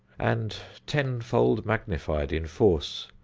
and tenfold magnified in force,